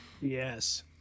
yes